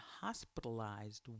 hospitalized